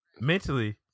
Mentally